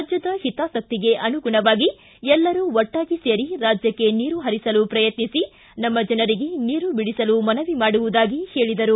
ರಾಜ್ಯದ ಹಿತಾಸಕ್ತಿಗೆ ಅನುಗುಣವಾಗಿ ಎಲ್ಲರೂ ಒಟ್ಟಾಗಿ ಸೇರಿ ರಾಜ್ಯಕ್ಕೆ ನೀರು ಹರಿಸಲು ಪ್ರಯತ್ನಿಸಿ ನಮ್ನ ಜನರಿಗೆ ನೀರು ಬಿಡಿಸಲು ಮನವಿ ಮಾಡುವುದಾಗಿ ಹೇಳಿದರು